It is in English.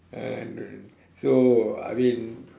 and so I mean